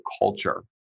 culture